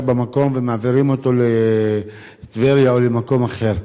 במקום ומעבירים אותו לטבריה או למקום אחר.